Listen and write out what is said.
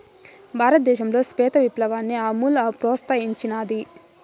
భారతదేశంలో శ్వేత విప్లవాన్ని అమూల్ ప్రోత్సహించినాది